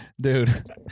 Dude